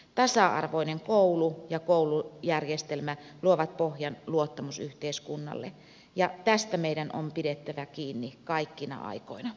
tasa arvoinen koulu ja koulujärjestelmä luovat pohjan luottamusyhteiskunnalle ja tästä meidän on pidettävä kiinni kaikkina aikoina